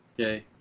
okay